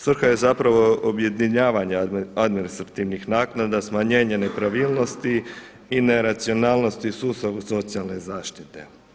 Svrha je zapravo objedinjavanja administrativnih naknada smanjenje nepravilnosti i neracionalnosti u sustavu socijalne zaštite.